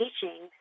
teaching